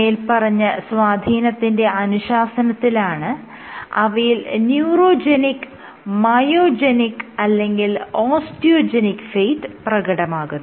മേല്പറഞ്ഞ സ്വാധീനത്തിന്റെ അനുശാസനത്തിലാണ് അവയിൽ ന്യൂറോജെനിക് മയോജെനിക് അല്ലെങ്കിൽ ഓസ്റ്റിയോജെനിക് ഫേറ്റ് പ്രകടമാകുന്നത്